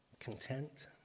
Content